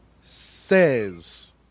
says